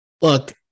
look